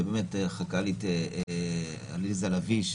ובאמת חכ"לית עליזה לביא,